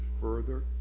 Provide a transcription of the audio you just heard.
further